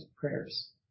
prayers